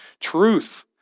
truth